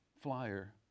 flyer